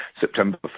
September